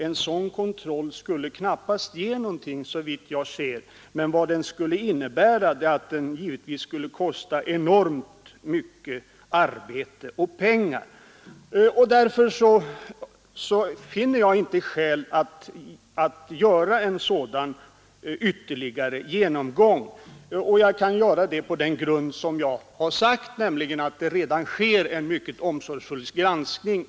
En sådan kontroll skulle, såvitt jag kan se, knappast ge någonting. Däremot skulle detta kosta enormt mycket arbete och pengar, och därför finner jag inte skäl att göra ytterligare en sådan genomgång. Jag kan hävda det på den grund som jag har angivit, nämligen att pensionsverket redan företar en mycket omsorgsfull granskning.